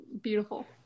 beautiful